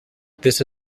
this